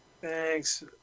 Thanks